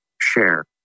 share